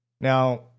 Now